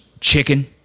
chicken